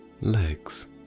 Legs